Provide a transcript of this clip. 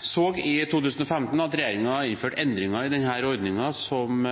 så i 2015 at regjeringen innførte endringer i denne ordningen som